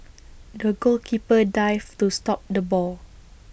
the goalkeeper dived to stop the ball